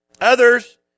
Others